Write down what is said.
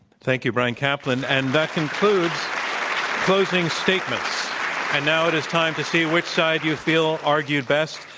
thank you, bryan caplan. and that concludes closing statements. and now it is time to see which side you feel argued best.